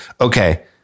okay